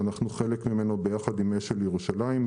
שאנחנו חלק ממנו ביחד עם "אשל ירושלים",